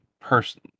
person